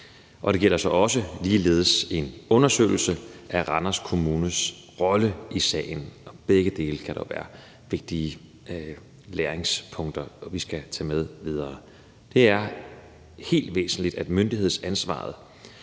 Og det gælder så også ligeledes en undersøgelse af Randers Kommunes rolle i sagen – i begge dele kan der være vigtige læringspunkter, vi skal tage med videre. Det er helt væsentligt, at myndighedsansvaret,